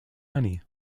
honey